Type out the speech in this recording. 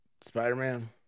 Spider-Man